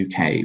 UK